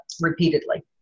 repeatedly